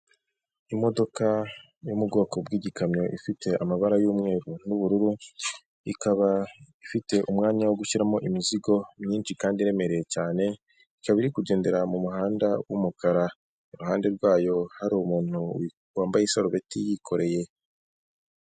Imodoka yo mu bwoko bw'igikamyo ifite amabara y'umweru n'ubururu, ikaba ifite umwanya wo gushyiramo imizigo myinshi kandi iremereye cyane, ikaba iri kugendera mu muhanda w'umukara iruhande rwayo hari umuntu wambaye isarubeti yikoreye.